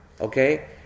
okay